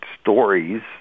stories